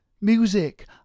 Music